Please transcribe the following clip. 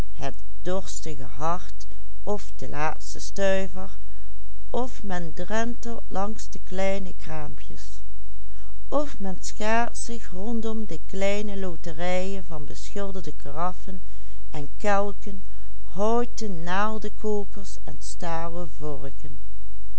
langs de kleine kraampjes of men schaart zich rondom de kleine loterijen van beschilderde karaffen en kelken houten naaldekokers en